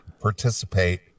participate